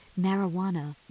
marijuana